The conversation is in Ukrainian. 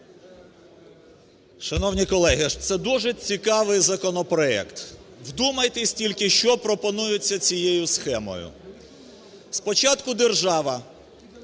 Шановні колеги, це дуже цікавий законопроект. Вдумайтесь тільки, що пропонується цією схемою. Спочатку держава